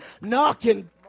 knocking